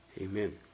Amen